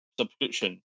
subscription